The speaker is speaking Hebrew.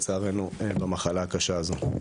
לצערנו במחלה הקשה הזו.